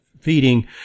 feeding